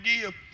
give